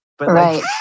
Right